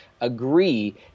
agree